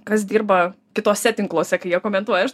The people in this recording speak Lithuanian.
kas dirba kituose tinkluose kai jie komentuoja aš